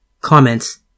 Comments